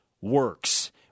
works